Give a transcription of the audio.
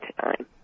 time